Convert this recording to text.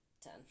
ten